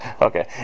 Okay